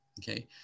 Okay